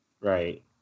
right